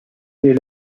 ces